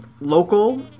local